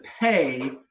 pay